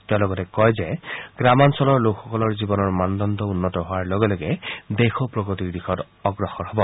তেওঁ কয় যে গ্ৰামাঞ্চলৰ লোকসকলৰ জীৱনৰ মানদণ্ড উন্নত হোৱাৰ লগে লগে দেশো প্ৰগতিৰ দিশত অগ্ৰসৰ হব